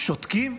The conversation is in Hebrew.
שותקים,